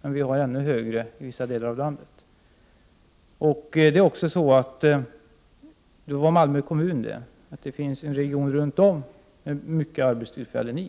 men den är ännu högre i vissa delar av Norrland. Detta gällde Malmö kommun, men i hela Malmöregionen finns det många arbetstillfällen.